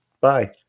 bye